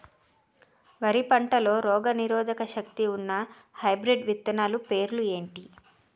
వరి పంటలో రోగనిరోదక శక్తి ఉన్న హైబ్రిడ్ విత్తనాలు పేర్లు ఏంటి?